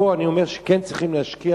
פה אני אומר שכן צריך להשקיע,